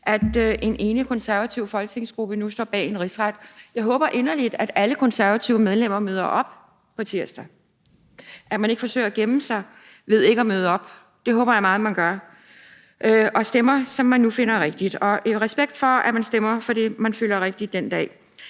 at en enig konservativ folketingsgruppe nu står bag en rigsret. Jeg håber inderligt, at alle konservative medlemmer møder op på tirsdag, at man ikke forsøger at gemme sig ved ikke at møde op. Det håber jeg meget man gør, og at man stemmer, som man nu finder rigtigt, og i respekt for det, man føler er rigtigt den dag.